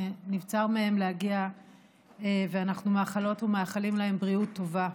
שנבצר מהם להגיע ואנחנו מאחלות ומאחלים להם בריאות טובה